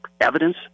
evidence